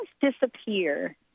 disappear